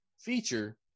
feature